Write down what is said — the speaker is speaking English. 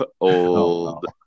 old